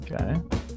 Okay